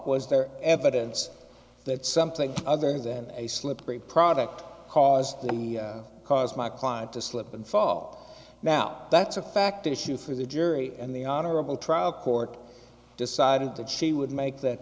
was there evidence that something other than a slippery product caused the cause my client to slip and fall now that's a fact issue for the jury and the honorable trial court decided that she would make that